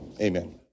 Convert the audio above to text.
amen